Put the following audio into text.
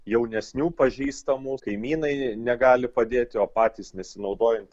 jaunesnių pažįstamų kaimynai negali padėti o patys nesinaudojant